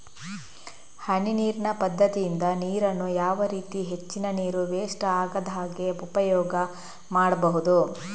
ಹನಿ ನೀರಿನ ಪದ್ಧತಿಯಿಂದ ನೀರಿನ್ನು ಯಾವ ರೀತಿ ಹೆಚ್ಚಿನ ನೀರು ವೆಸ್ಟ್ ಆಗದಾಗೆ ಉಪಯೋಗ ಮಾಡ್ಬಹುದು?